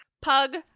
pug